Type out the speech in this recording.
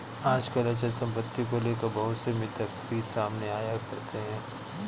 आजकल अचल सम्पत्ति को लेकर बहुत से मिथक भी सामने आया करते हैं